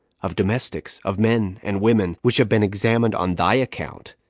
of domestics, of men and women, which have been examined on thy account,